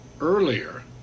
Earlier